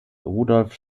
rudolf